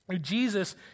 Jesus